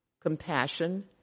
compassion